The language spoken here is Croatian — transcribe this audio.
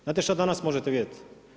Znate što danas možete vidjeti?